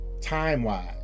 time-wise